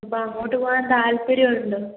അപ്പം അങ്ങോട്ട് പോകാൻ താല്പര്യം ഉണ്ടോ